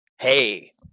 Hey